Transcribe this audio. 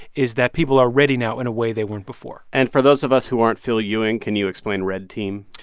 is that people are ready now in a way they weren't before and for those of us who aren't phil ewing, can you explain red team?